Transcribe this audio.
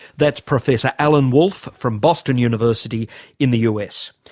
that's professor alan wolfe from boston university in the us,